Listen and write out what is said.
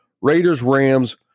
Raiders-Rams